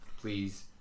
please